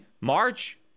March